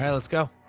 yeah let's go.